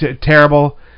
Terrible